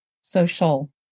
social